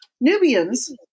Nubians